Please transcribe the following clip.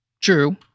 True